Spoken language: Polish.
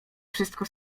wszystko